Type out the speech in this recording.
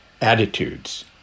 attitudes